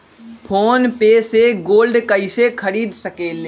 Phone पे से gold कईसे खरीद सकीले?